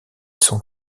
sont